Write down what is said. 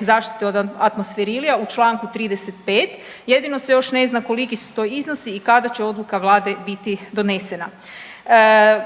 zaštite od atmosferilija u članku 35. Jedino se još ne zna koliki su to iznosi i kada će odluka Vlade biti donesena.